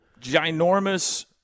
ginormous